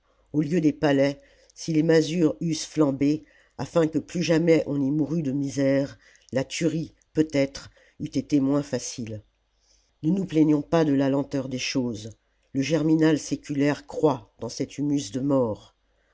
au lieu des palais si les masures eussent flambé afin que plus jamais on n'y mourût de misère la tuerie peut-être eût été moins facile ne nous plaignons pas de la lenteur des choses le germinal séculaire croît dans cet humus de mort